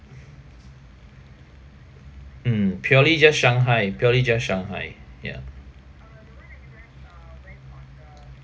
mm purely just shanghai purely just shanghai ya